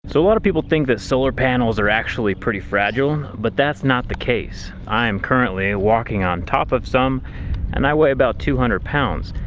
so a lot of people think that solar panels are actually pretty fragile, but that's not the case. i'm currently walking on top of some and i weigh about two hundred pounds.